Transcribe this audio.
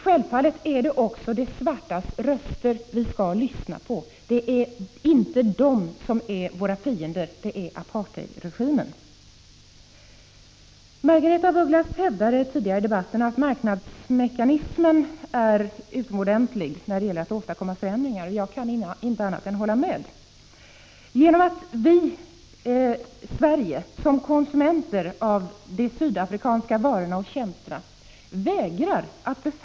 Självfallet är det också de svartas röster vi skall lyssna på. Det är inte de som är våra fiender, det är apartheidregimen. Margaretha af Ugglas hävdade tidigare i debatten att marknadsmekanis — Prot. 1985/86:53 men är utomordentlig när det gäller att åstadkomma förändringar. Jag kan 17 december 1985 inte annat än hålla med henne om det. Genom att vi i Sverige som 2 Le 5 E Förbud mot införsel av konsumenter av de sydafrikanska varorna och tjänsterna vägrar befatta oss —.